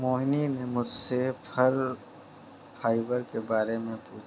मोहिनी ने मुझसे फल फाइबर के बारे में पूछा